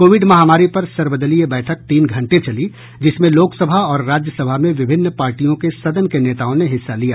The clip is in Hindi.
कोविड महामारी पर सर्वदलीय बैठक तीन घंटे चली जिसमें लोकसभा और राज्यसभा में विभिन्न पार्टियों के सदन के नेताओं ने हिस्सा लिया